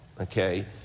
Okay